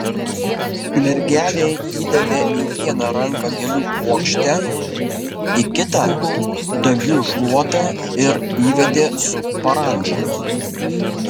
mergelei įdavė į vieną ranką gėlių puokštę į kitą dagių šluotą ir įvedė su parandža